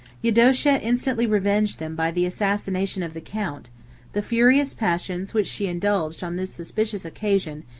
eudocia instantly revenged them by the assassination of the count the furious passions which she indulged on this suspicious occasion,